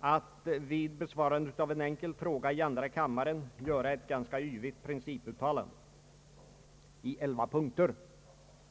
att vid besvarandet av en enkel fråga i andra kammaren göra ett ganska yvigt principuttalande i elva punkter.